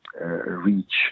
Reach